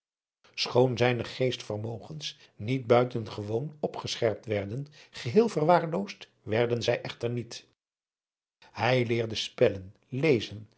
schoon zijne geestvermogens niet buitengewoon opgescherpt werden geheel verwaarloosd werden zij echter niet hij leerde spellen lezen